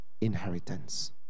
inheritance